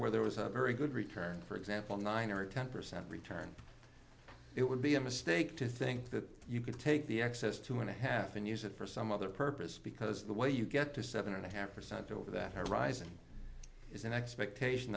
where there was a very good return for example nine or ten percent return it would be a mistake to think that you could take the excess two and a half and use it for some other purpose because the way you get to seven and a half percent over that horizon is an expectation